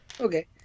Okay